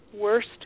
worst